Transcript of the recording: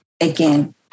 again